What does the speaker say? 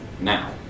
now